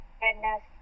goodness